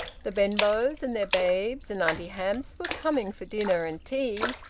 the benbows, and their babes, and auntie hamps were coming for dinner and tea,